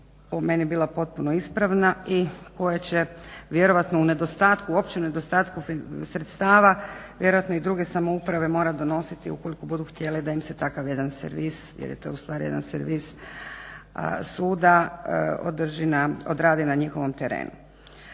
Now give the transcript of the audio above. meni bila potpuno ispravna i koja će vjerojatno u nedostatku, uopće nedostatku sredstava vjerojatno i druge samouprave morat donositi ukoliko budu htjele da im se takav jedan servis, jer je to u stvari jedan servis suda odradi na njihovom terenu.